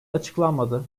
açıklanmadı